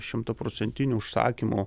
šimtaprocentiniu užsakymų